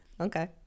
Okay